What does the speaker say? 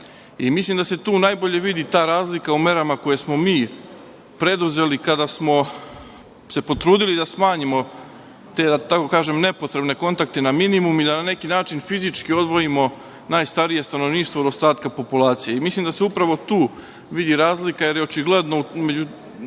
Mislim da se tu najbolje vidi ta razlika u merama koje smo mi preduzeli, kada smo se potrudili da smanjimo, da tako kažem, nepotrebne kontakte na minimum i da na neki način fizički odvojimo najstarije stanovništvo od ostatka populacije. Mislim da se upravo tu vidi razlika, jer je očigledno među tom